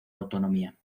autonomía